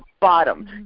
bottom